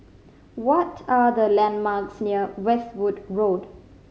what are the landmarks near Westwood Road